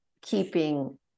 keeping